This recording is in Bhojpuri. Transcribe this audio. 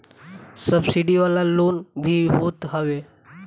सब्सिडी वाला लोन भी होत हवे